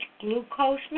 glucose